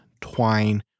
twine